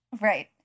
Right